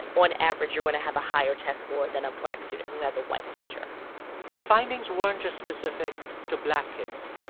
on average, you're going to have a higher test score than a black student who has a white teacher the findings weren't just specific to black kids.